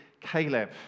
Caleb